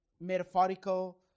metaphorical